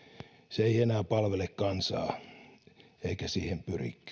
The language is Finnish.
se ei enää palvele kansaa eikä siihen pyrikään